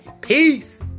Peace